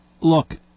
look